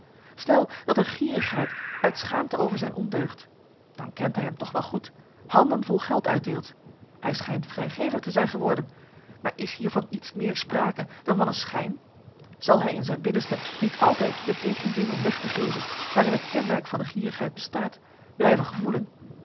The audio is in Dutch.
stel dat een gierigaard uit schaamte over zijn ondeugd dan kent hij m toch wel goed handen vol geld uitdeelt hij schijnt vrijgevig te zijn geworden maar is hier van iets meer sprake dan van een schijn zal hij in zijn binnenste niet altijd de tegenzin om weg te geven waarin het kenmerk van de gierigheid bestaat blijven gevoelen